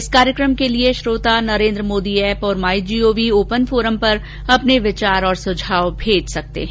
इस कार्यक्रम के लिए श्रोता नरेन्द्र मोदी एप और my G O V open forum पर अपने विचार और सुझाव भेज सकते हैं